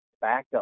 backup